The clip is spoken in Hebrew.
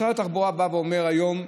משרד התחבורה בא ואומר היום: